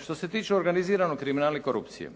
Što se tiče organiziranog kriminala i korupcije,